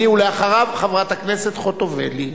אחריו, חברת הכנסת חוטובלי,